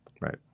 Right